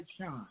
shine